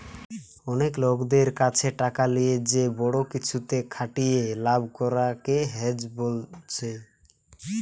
অনেক লোকদের কাছে টাকা লিয়ে যে বড়ো কিছুতে খাটিয়ে লাভ করা কে হেজ বোলছে